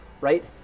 Right